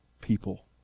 people